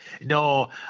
No